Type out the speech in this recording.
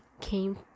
came